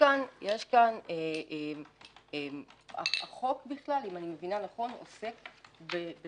החוק, אם אני מבינה נכון עוסק בזה